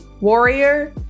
Warrior